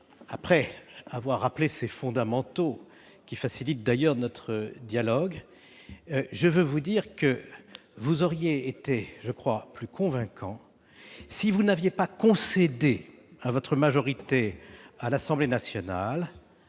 Après avoir rappelé ces fondamentaux qui facilitent notre dialogue, je dois vous dire que vous auriez été, me semble-t-il, plus convaincant si vous n'aviez pas concédé à votre majorité à l'Assemblée nationale